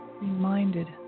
reminded